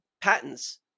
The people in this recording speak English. patents